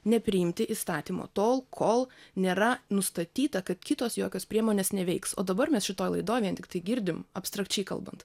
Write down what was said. nepriimti įstatymo tol kol nėra nustatyta kad kitos jokios priemonės neveiks o dabar mes šitoj laidoj vien tiktai girdim abstrakčiai kalbant